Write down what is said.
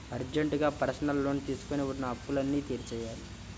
అర్జెంటుగా personal loan తీసుకొని ఉన్న అప్పులన్నీ తీర్చేయ్యాలి